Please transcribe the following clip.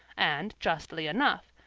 and justly enough,